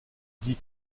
dit